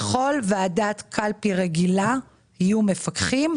לכל ועדת קלפי רגילה יהיו מפקחים.